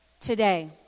today